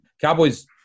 Cowboys